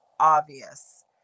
obvious